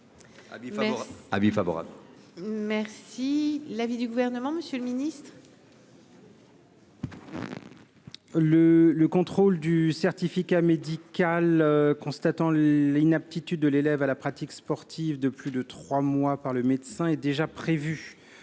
est l'avis du Gouvernement ? Le contrôle du certificat médical constatant l'inaptitude de l'élève à la pratique sportive de plus de trois mois par le médecin est déjà prévu